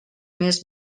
més